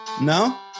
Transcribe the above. No